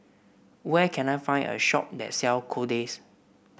where can I find a shop that sell Kordel's